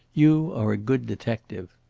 you are a good detective.